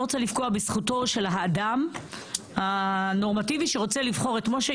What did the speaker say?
רוצה לפגוע בזכותו של האדם הנורמטיבי שרוצה לבחור את משה,